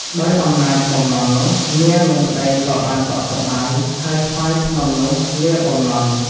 ដោយអំណាចបំណន់នោះ នាងនឹងប្តីក៏បានសុខសប្បាយ ហើយថ្វាយភ្នំនោះលាបំណន់ ។